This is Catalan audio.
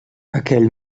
aquell